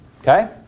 Okay